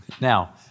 Now